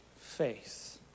faith